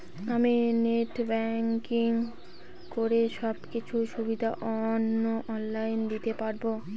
আমি net banking করে সব কিছু সুবিধা অন লাইন দিতে পারবো?